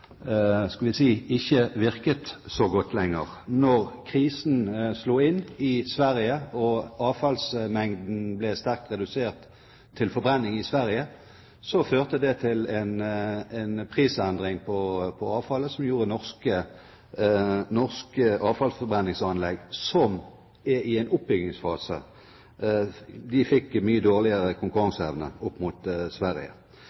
skal vi si – ikke virket så godt lenger. Da krisen slo inn i Sverige og avfallsmengden for forbrenning i Sverige ble sterkt redusert, førte det til en prisendring på avfallet som gjorde at norske avfallsforbrenningsanlegg, som er i en oppbyggingsfase, fikk mye